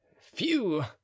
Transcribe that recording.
phew